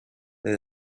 they